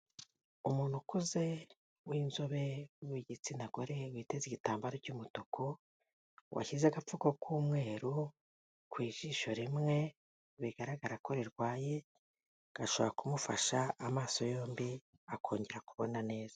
Umuntu ukuze w'inzobe w'igitsina gore witeze igitambaro cy'umutuku, washyize agapfuko k'umweru ku ijisho rimwe bigaragara ko rirwaye, gashobora kumufasha amaso yombi akongera kubona neza.